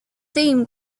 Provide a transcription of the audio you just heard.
theme